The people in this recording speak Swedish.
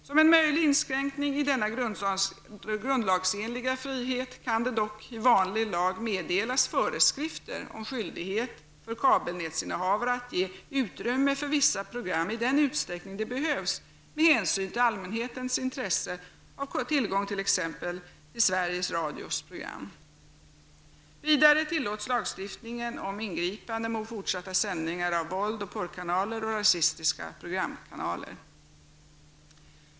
Som en möjlig inskränkning i denna grundlagsenliga frihet kan det dock i vanlig lag meddelas föreskrifter om skyldighet för kabelnätsinnehavare att ge utrymme för vissa program i den utsträckning det behövs med hänsyn till allmänhetens intresse av tillgång till exempelvis Sverige Radios program. Vidare tillåts lagstiftning om ingripanden mot fortsatta sändningar av våldsoch porrkanaler och rasistiska programkanaler.